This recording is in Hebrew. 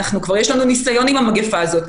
כבר יש לנו ניסיון עם המגפה הזאת,